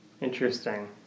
interesting